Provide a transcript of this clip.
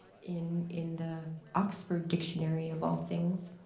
in in the oxford dictionary, of all things,